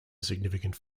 significant